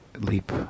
leap